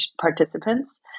participants